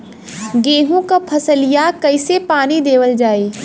गेहूँक फसलिया कईसे पानी देवल जाई?